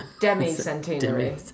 Demi-centenary